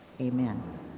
Amen